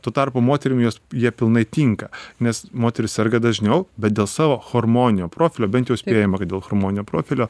tuo tarpu moterim jos jie pilnai tinka nes moterys serga dažniau bet dėl savo chormoninio profilio bent jau spėjama kad dėl chormoninio profilio